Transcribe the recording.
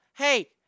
Hey